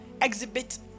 exhibit